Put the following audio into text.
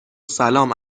سلام